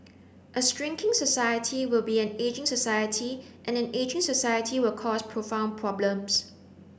a shrinking society will be an ageing society and an ageing society will cause profound problems